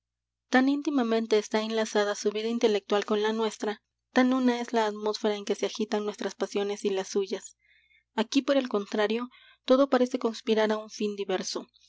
tan íntimamente está enlazada su vida intelectual con la nuestra tan una es la atmósfera en que se agitan nuestras pasiones y las suyas aquí por el contrario todo parece conspirar á un fin diverso